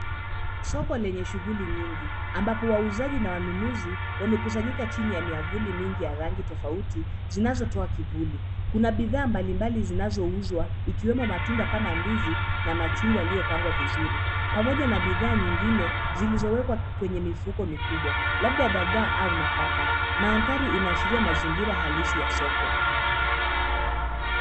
Soko lenye shughuli nyingi ambapo wauzaji na wanunuzi wamekusanyika chini ya miavuli nyingi ya rangi tofauti zinzotoa kiburi. Kuna bidhaa mbalimbali zinazouzwa ikiwemo matunda kama ndizi na machungwa yaliyopangwa vizuri pamoja na bidhaa zingine zilizowekwa kwenye mifuko labda dagaa au nataka. Maandhari inaashiria mazingira halisi ya soko.